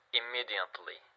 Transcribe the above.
immediately